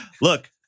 Look